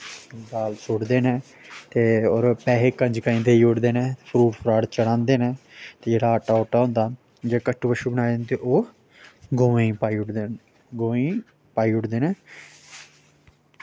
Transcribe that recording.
दाल छोड़दे न ते होर पैहे कंजका गी देई ओड़दे न फ्रूट फ्राट चढ़ांदे न ते जेह्ड़ा आटा उटा होंदा जेह्ड़े कट्टू बच्छू बनाए दे होंदे ओह् गोएं गी पाई ओड़दे न